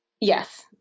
Yes